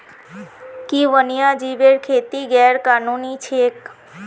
कि वन्यजीवेर खेती गैर कानूनी छेक?